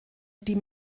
die